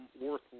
worth